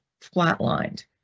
flatlined